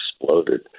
exploded